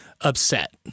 upset